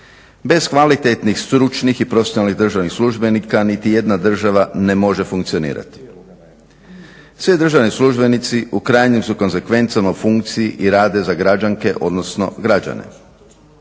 Bez kvalitetnih stručnih i profesionalnih državnih službenika niti jedna država ne može funkcionirati. Svi državni službenici u krajnjim su konzekvencama u funkciji i rade za građanke odnosno građane.